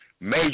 major